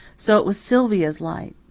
so it was sylvia's light.